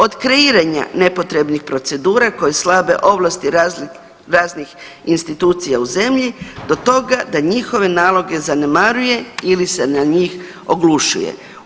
Od kreiranja nepotrebnih procedura koje slabe ovlasti raznih institucija u zemlji do toga da njihove naloge zanemaruje ili se na njih oglušuje.